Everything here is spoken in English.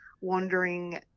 wandering